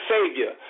Savior